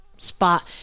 Spot